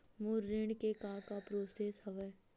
मोर ऋण के का का प्रोसेस हवय?